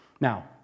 Now